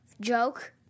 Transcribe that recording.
Joke